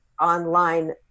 online